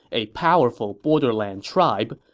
a powerful borderland tribe,